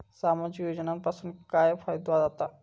सामाजिक योजनांपासून काय फायदो जाता?